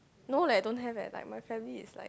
no leh don't have leh like my family is like